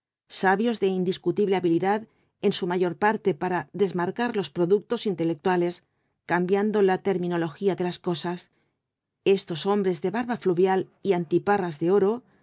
sabios de indiscutible habilidad en su mayor parte para desmarcar los productos intelectuales cambiando la terminología de las cosas estos hombres de barba fluvial y antiparras de oro